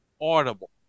Audible